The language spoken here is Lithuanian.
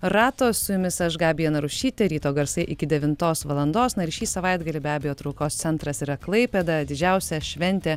rato su jumis aš gabija narušytė ryto garsai iki devintos valandos na ir šį savaitgalį be abejo traukos centras yra klaipėda didžiausia šventė